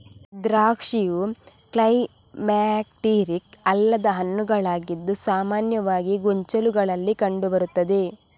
ದ್ರಾಕ್ಷಿಯು ಕ್ಲೈಮ್ಯಾಕ್ಟೀರಿಕ್ ಅಲ್ಲದ ಹಣ್ಣುಗಳಾಗಿದ್ದು ಸಾಮಾನ್ಯವಾಗಿ ಗೊಂಚಲುಗಳಲ್ಲಿ ಕಂಡು ಬರುತ್ತದೆ